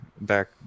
Back